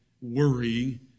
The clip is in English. worrying